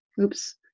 oops